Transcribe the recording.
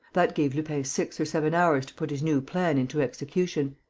that gave lupin six or seven hours to put his new plan into execution.